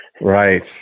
Right